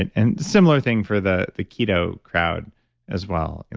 and and similar thing for the the keto crowd as well,